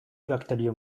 bakterio